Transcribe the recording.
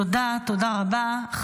תודה, תודה רבה.